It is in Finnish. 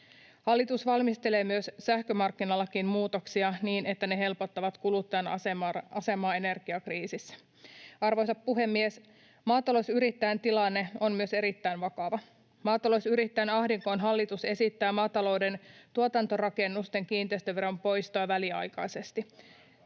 Hallitus valmistelee myös sähkömarkkinalakiin muutoksia niin, että ne helpottavat kuluttajan asemaa energiakriisissä. Arvoisa puhemies! Myös maatalousyrittäjien tilanne on erittäin vakava. Maatalousyrittäjien ahdinkoon hallitus esittää maatalouden tuotantorakennusten kiinteistöveron poistoa väliaikaisesti.